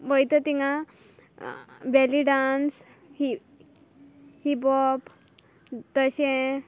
वयता थिंगां belly dance हि हिपॉप तशें